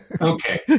Okay